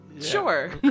Sure